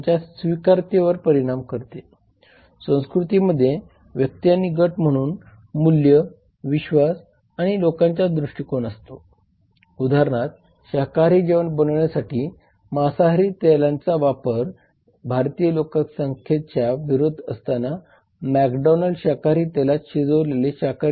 आपल्या व्यवसायावर परिणाम करणारे कायदे आणि नियमांची उदाहरणे म्हणजे हॉटेलमधील रूम टॅरिफ आणि इतर शुल्कावरील नियंत्रण करणारी किंमती आहेत